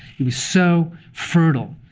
he was so fertile,